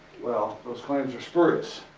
well, those claims are spurious.